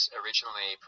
originally